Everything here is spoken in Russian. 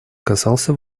касался